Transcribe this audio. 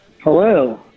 Hello